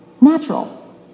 natural